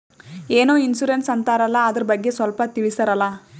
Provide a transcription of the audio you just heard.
ಏನೋ ಇನ್ಸೂರೆನ್ಸ್ ಅಂತಾರಲ್ಲ, ಅದರ ಬಗ್ಗೆ ಸ್ವಲ್ಪ ತಿಳಿಸರಲಾ?